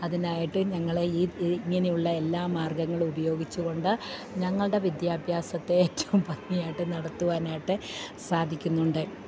അതിനായിട്ട് ഞങ്ങള് ഇങ്ങനെയുള്ള എല്ലാ മാർഗ്ഗങ്ങളും ഉപയോഗിച്ചുകൊണ്ട് ഞങ്ങളുടെ വിദ്യാഭ്യാസത്തെ ഏറ്റവും ഭംഗിയായിട്ടു നടത്തുവാനായിട്ട് സാധിക്കുന്നുണ്ട്